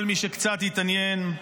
כל מי שקצת התעניין,